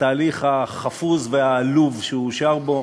בתהליך החפוז והעלוב שהוא אושר בו,